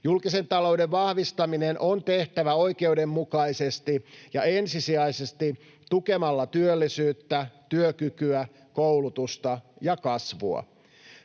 Julkisen talouden vahvistaminen on tehtävä oikeudenmukaisesti ja ensisijaisesti tukemalla työllisyyttä, työkykyä, koulutusta ja kasvua.